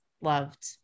loved